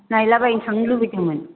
नायलाबायनो थांनो लुबैदोंमोन